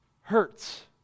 hurts